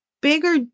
bigger